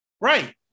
Right